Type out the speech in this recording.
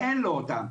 ואין לו אותם.